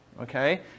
Okay